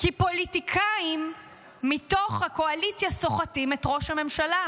כי פוליטיקאים מתוך הקואליציה סוחטים את ראש הממשלה.